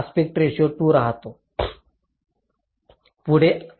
तर aspect ratio 2 राहतो